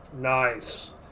Nice